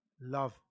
love